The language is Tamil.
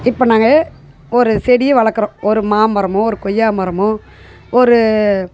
இப்போ நாங்கள் ஒரு செடியை வளர்க்குறோம் ஒரு மாமரமோ ஒரு கொய்யா மரமோ ஒரு